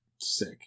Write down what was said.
Sick